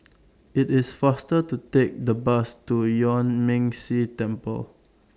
IT IS faster to Take The Bus to Yuan Ming Si Temple